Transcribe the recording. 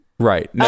Right